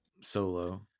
solo